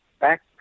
back